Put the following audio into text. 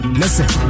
listen